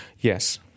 Yes